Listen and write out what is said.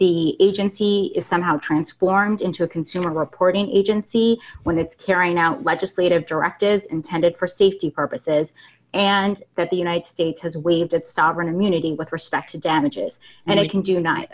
the agency is somehow transformed into a consumer reporting agency when its carrying out legislative directive is intended for safety purposes and that the united states has waived its sovereign immunity with respect to damages and i can do n